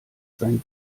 sein